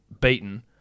beaten